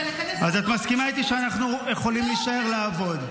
ולכנס את --- אז את מסכימה איתי שאנחנו יכולים להישאר לעבוד.